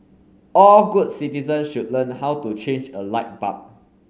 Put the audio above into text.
all good citizens should learn how to change a light bulb